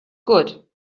good